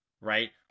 right